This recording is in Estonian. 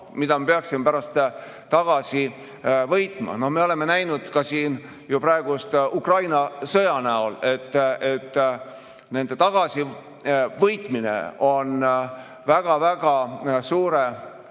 mida me peaksime pärast tagasi võitma. Me oleme näinud ju praegu Ukraina sõja puhul, et nende tagasivõitmine on väga-väga suure